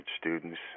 students